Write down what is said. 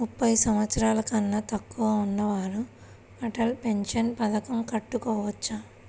ముప్పై సంవత్సరాలకన్నా తక్కువ ఉన్నవారు అటల్ పెన్షన్ పథకం కట్టుకోవచ్చా?